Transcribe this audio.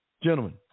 Gentlemen